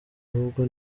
ahubwo